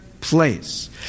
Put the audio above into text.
place